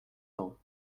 temps